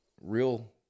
real